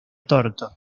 torto